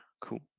Cool